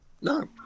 No